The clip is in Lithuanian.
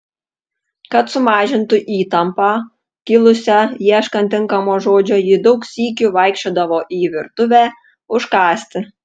kad sumažintų įtampą kilusią ieškant tinkamo žodžio ji daug sykių vaikščiodavo į virtuvę užkąsti